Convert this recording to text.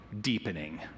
deepening